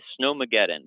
snowmageddon